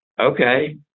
Okay